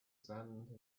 sand